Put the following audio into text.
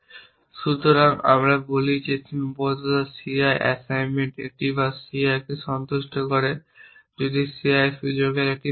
সুতরাং আমরা বলি যে সীমাবদ্ধতা ci অ্যাসাইনমেন্ট একটি বার ci কে সন্তুষ্ট করে যদি ci এর সুযোগের একটি মান থাকে